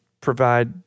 provide